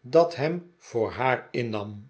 dat hem voor haar innam